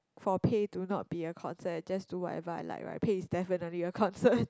for pay to not be a concern and just do whatever I like right pay is definitely a concern